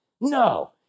No